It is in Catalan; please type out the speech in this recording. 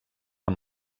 amb